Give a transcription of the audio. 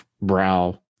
brow